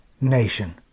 nation